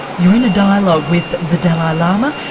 you're in a dialogue with the dalai lama,